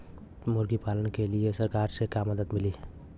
मुर्गी पालन के लीए सरकार से का मदद मिली?